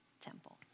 temple